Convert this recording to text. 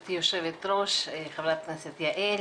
גברתי יושבת ראש, חברת הכנסת יעל.